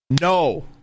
No